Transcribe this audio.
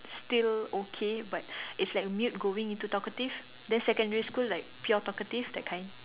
still okay but it's like mute going into talkative then secondary school like pure talkative that kind